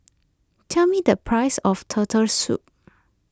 tell me the price of Turtle Soup